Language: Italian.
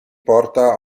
porta